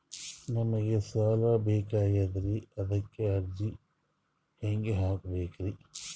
ನಮಗ ಸಾಲ ಬೇಕಾಗ್ಯದ್ರಿ ಅದಕ್ಕ ಅರ್ಜಿ ಹೆಂಗ ಹಾಕಬೇಕ್ರಿ?